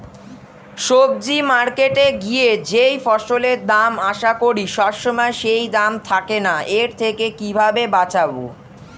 সবজি মার্কেটে গিয়ে যেই ফসলের দাম আশা করি সবসময় সেই দাম থাকে না এর থেকে কিভাবে বাঁচাবো?